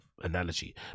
analogy